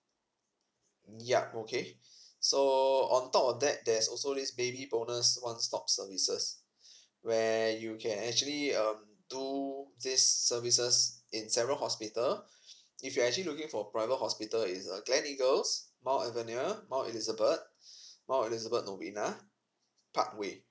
yup okay so on top of that there's also this baby bonus one stop services where you can actually um do this services in several hospital if you actually looking for private hospital it's a gleneagles mount alvernia mount elizabeth mouth elizabeth novena parkway